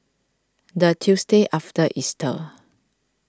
the Tuesday after Easter